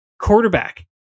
Quarterback